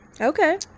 okay